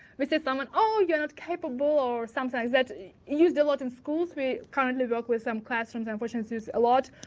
we say to someone, oh, you're not capable, or sometimes that's used a lot in schools. we currently work with some classrooms and push answers a lot,